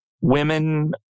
women